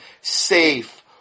safe